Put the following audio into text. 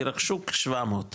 ירכשו כ-700,